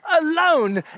alone